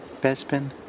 Bespin